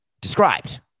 described